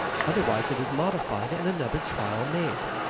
otherwise it is modified, and another trial made.